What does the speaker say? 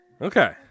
Okay